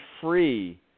free